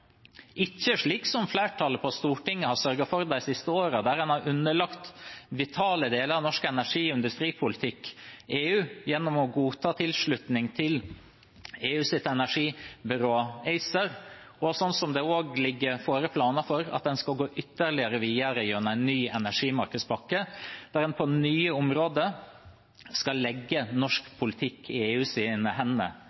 ikke slik som flertallet på Stortinget har sørget for de siste årene, at en har underlagt vitale deler av norsk energi- og industripolitikk EU gjennom å godta tilslutning til EUs energibyrå ACER. Det ligger også planer for at en skal gå ytterligere videre gjennom en ny energimarkedspakke, der en på nye områder skal legge norsk